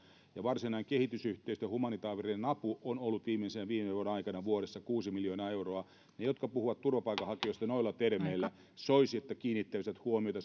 ja varsinainen kehitysyhteistyö humanitaarinen apu on ollut viimeisen viiden vuoden aikana vuodessa kuusi miljoonaa euroa niiden jotka puhuvat turvapaikanhakijoista noilla termeillä soisi kiinnittävän huomiota